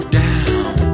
down